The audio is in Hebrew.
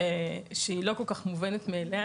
שהיא לא כל כך מובנת מאליה,